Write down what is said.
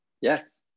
yes